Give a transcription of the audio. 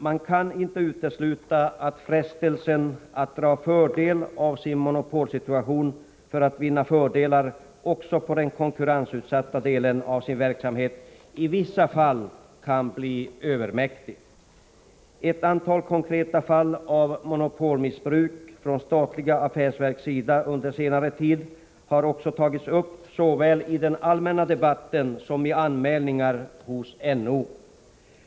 Man kan inte utesluta att frestelsen att dra fördel av monopolsituationen för att vinna fördelar också i den konkurrensutsatta delen av verksamheten i vissa fall kan bli övermäktig. Ett antal konkreta fall av monopolmissbruk från statliga affärsverks sida under senare tid har tagits upp såväl i den allmänna debatten som i anmälningar hos NO.